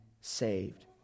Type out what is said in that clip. saved